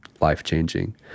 life-changing